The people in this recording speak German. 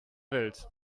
welt